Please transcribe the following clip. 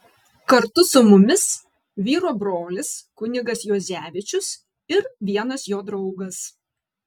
kartu su mumis vyro brolis kunigas juozevičius ir vienas jo draugas